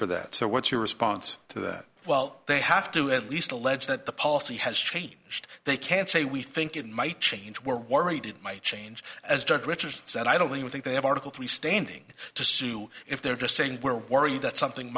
for that so what's your response to that well they have to at least allege that the policy has changed they can't say we think it might change we're worried it might change as judge richard said i don't even think they have article three standing to sue if they're just saying we're worried that something